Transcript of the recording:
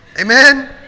amen